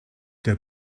der